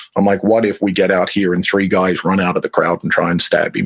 i'm like, what if we get out here and three guys run out of the crowd and try and stab him?